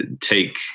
take